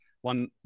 one